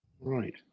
Right